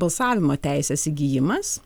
balsavimo teisės įgijimas